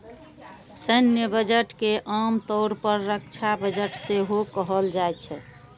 सैन्य बजट के आम तौर पर रक्षा बजट सेहो कहल जाइ छै